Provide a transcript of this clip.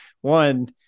one